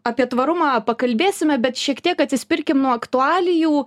apie tvarumą pakalbėsime bet šiek tiek atsispirkim nuo aktualijų